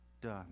done